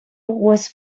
was